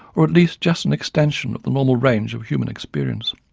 or at least just an extension of the normal range of human experience.